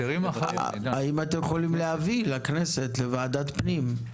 האם אתם יכולים להביא לכנסת, לוועדת הפנים?